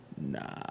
Nah